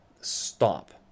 stop